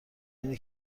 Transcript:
اینه